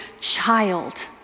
child